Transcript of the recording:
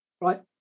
right